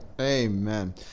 Amen